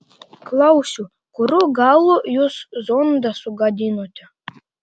klausiu kurių galų jūs zondą sugadinote